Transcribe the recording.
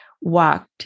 walked